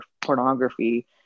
pornography